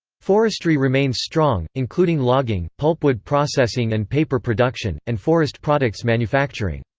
forestry remains strong, including logging, pulpwood processing and paper production, and forest products manufacturing.